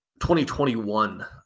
2021